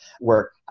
work